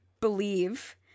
believe